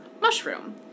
mushroom